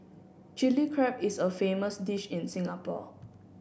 Chilli Crab is a famous dish in Singapore